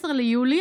16 ביולי,